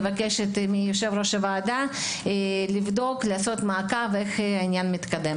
מבקשת מאוד מיושב-ראש הוועדה לבדוק איך העניין מתקדם.